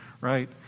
right